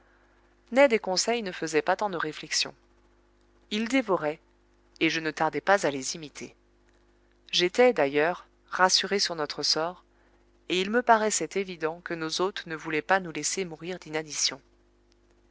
et conseil ne faisaient pas tant de réflexions ils dévoraient et je ne tardai pas à les imiter j'étais d'ailleurs rassuré sur notre sort et il me paraissait évident que nos hôtes ne voulaient pas nous laisser mourir